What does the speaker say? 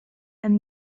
and